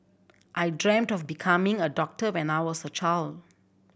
I dreamt of becoming a doctor when I was a child